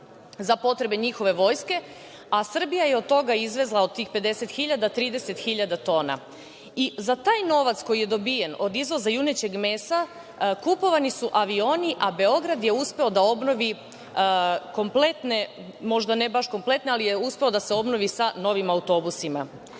za potrebe njihove vojske, a Srbija je od toga, od tih 50.000 izvezla 30.000 tona. Za taj novac koji je dobijen od izvoza junećeg mesa kupovani su avioni, a Beograd je uspeo da obnovi kompletne, možda ne baš kompletne, ali je uspeo da se obnovi sa novim autobusima. Evropska